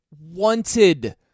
wanted